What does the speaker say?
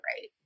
right